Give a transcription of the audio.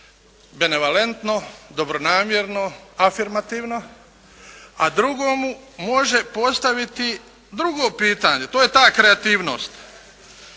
benevalentno, dobronamjerno, afirmativno, a drugo mu može postaviti drugo pitanje, to je ta kreativnost,